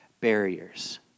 barriers